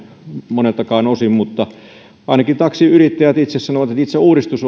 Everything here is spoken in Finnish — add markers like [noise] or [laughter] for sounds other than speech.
moneltakaan osin mutta ainakin taksiyrittäjät itse sanovat että itse uudistus [unintelligible]